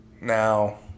Now